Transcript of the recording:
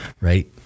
right